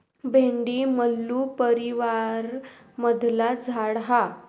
भेंडी मल्लू परीवारमधला झाड हा